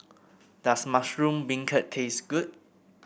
does Mushroom Beancurd taste good